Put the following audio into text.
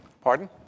Pardon